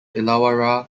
illawarra